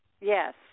Yes